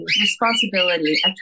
responsibility